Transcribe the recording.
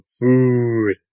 food